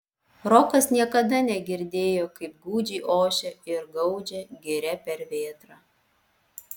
rokas niekada negirdėjo kaip gūdžiai ošia ir gaudžia giria per vėtrą